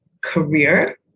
career